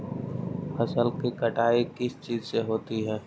फसल की कटाई किस चीज से होती है?